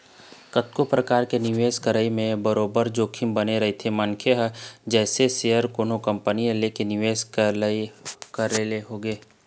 कतको परकार के निवेश करई म बरोबर जोखिम बने रहिथे मनखे ल जइसे सेयर कोनो कंपनी के लेके निवेश करई होगे